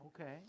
Okay